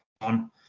on